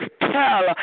Tell